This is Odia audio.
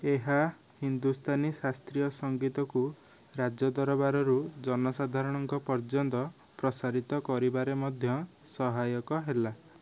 ଏହା ହିନ୍ଦୁସ୍ତାନୀ ଶାସ୍ତ୍ରୀୟ ସଂଗୀତକୁ ରାଜଦରବାରରୁ ଜନସାଧାରଣଙ୍କ ପର୍ଯ୍ୟନ୍ତ ପ୍ରସାରିତ କରିବାରେ ମଧ୍ୟ ସହାୟକ ହେଲା